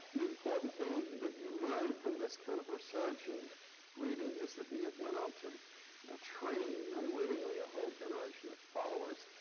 the important thing that you learn from this kind of research and reading is that he went on to ah train, unwittingly, a whole generation of followers,